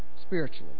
Spiritually